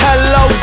Hello